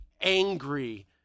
angry